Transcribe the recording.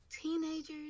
teenagers